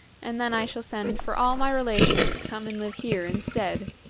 and then i shall send for all my relations to come and live here instead.